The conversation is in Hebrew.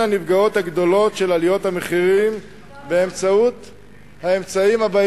הנפגעות הגדולות של עליות המחירים באמצעים הבאים: